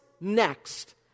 next